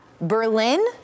Berlin